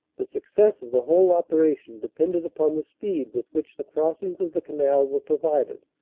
the success of the whole operation depended upon the speed with which the crossings of the canal were provided,